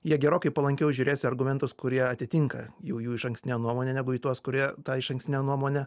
jie gerokai palankiau žiūrės į argumentus kurie atitinka jų jų išankstinę nuomonę negu į tuos kurie tą išankstinę nuomonę